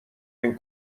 این